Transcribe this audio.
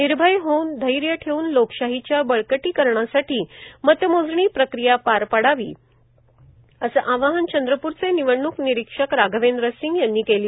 निर्भय होऊन धैर्य ठेवून लोकशाहीच्या बळकटीकरण करण्यासाठी मतमोजणी प्रक्रिया पार पाडावी असे आवाहन चंद्रप्रचे निवडणूक निरीक्षक राघवेंद्र सिंग यांनी केले